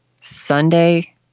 Sunday